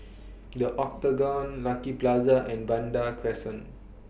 The Octagon Lucky Plaza and Vanda Crescent